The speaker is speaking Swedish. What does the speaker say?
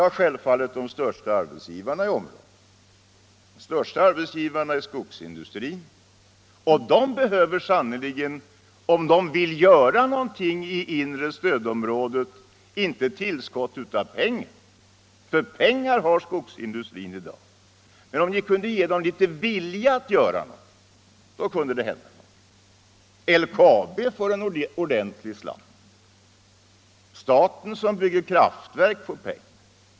Jo, självfallet de största arbetsgivarna i området. De största arbetsgivarna finns inom skogsindustrin, och de behöver sannerligen, om de vill göra någonting i inre stödområdet, inte tillskott av pengar. För pengar har skogindustrin i dag, men om ni kunde ge dem litet vilja till att göra någonting, då kunde det hända något. LKAB får också en ordentlig slant. Staten, som bygger kraftverk, får pengar.